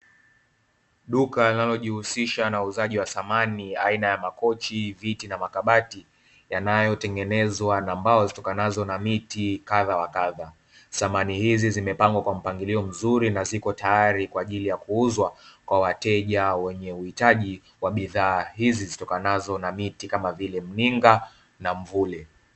Analojihusisha na uuzaji wa samani aina ya makochi miti na makabati yanayotengenezwa na mbao zitokanazo na miti kadha wa kadha zamani hizi zimepangwa kwa mpangilio mzuri na ziko tayari kwa ajili ya kuuzwa kwa wateja wenye uhitaji wa bidhaa hizi zitokanazo na miti kama vile mninga na mvule.